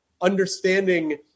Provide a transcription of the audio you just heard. understanding